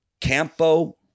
Campo